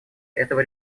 этого